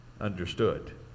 understood